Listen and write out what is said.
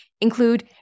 include